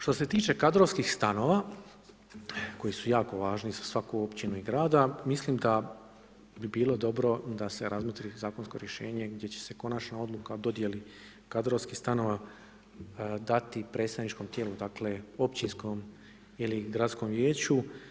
Što se tiče kadrovskih stanova koji su jako važni za svaku općinu i grad, mislim da bi bilo dobro da se razmotri zakonsko rješenje gdje će se konačna odluka o dodjeli kadrovskih stanova dati predstavničkom tijelu, dakle općinskom ili gradskom vijeću.